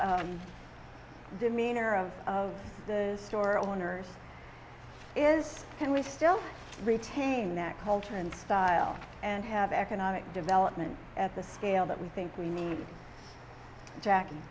demeanor of of the store owners is and we're still retain that culture and style and have economic development at the scale that we think we need jack